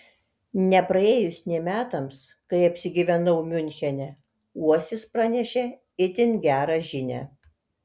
nepraėjus nė metams kai apsigyvenau miunchene uosis pranešė itin gerą žinią